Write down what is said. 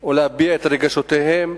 או להביע את רגשותיהם,